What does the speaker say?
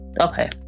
Okay